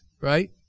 right